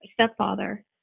stepfather